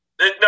No